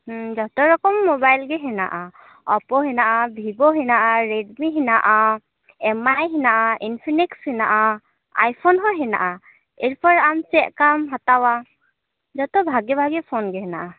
ᱡᱷᱚᱛᱚ ᱨᱚᱠᱚᱢ ᱢᱳᱵᱟᱭᱤᱞ ᱜᱮ ᱦᱮᱱᱟᱜᱼᱟ ᱚᱯᱳ ᱦᱮᱱᱟᱜᱼᱟ ᱵᱷᱤᱵᱷᱳ ᱦᱮᱱᱟᱜᱼᱟ ᱨᱮᱰᱢᱤ ᱦᱮᱱᱟᱜᱼᱟ ᱮᱢᱼᱟᱭ ᱦᱮᱱᱟᱜᱼᱟ ᱤᱱᱯᱷᱤᱱᱤᱠᱥ ᱦᱮᱱᱟᱜᱼᱟ ᱟᱭ ᱯᱷᱟᱹᱱ ᱦᱚ ᱦᱮᱱᱟᱜᱼᱟ ᱮᱨ ᱯᱚᱨᱮ ᱟᱢ ᱪᱮᱫᱠᱟᱢ ᱦᱟᱛᱟᱣᱭᱟ ᱡᱚᱛᱚ ᱵᱷᱟᱜᱮ ᱵᱷᱟᱜᱮ ᱯᱷᱳᱱ ᱜᱮ ᱦᱮᱱᱟᱜᱼᱟ